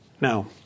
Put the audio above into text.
Now